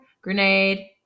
Grenade